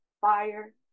fire